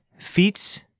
fiets